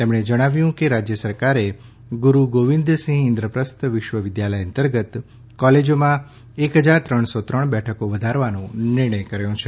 તેમણે જણાવ્યું કે રાજ્ય સરકારે ગુરૂ ગોવિંદ સિંહ ઇન્લપ્રસ્થવિશ્વવિદ્યાલય અંતર્ગત કોલેજોમાં એક ફજાર ત્રણસો ત્રણ બેઠકો વધારવાનો નિર્ણય કર્યો છે